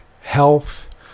health